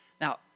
Now